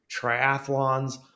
triathlons